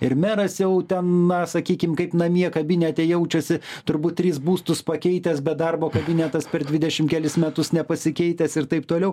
ir meras jau ten na sakykim kaip namie kabinete jaučiasi turbūt trys būstus pakeitęs bet darbo kabinetas per dvidešimt kelis metus nepasikeitęs ir taip toliau